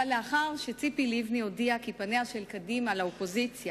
אבל לאחר שציפי לבני הודיעה כי פניה של קדימה לאופוזיציה